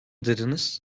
dediniz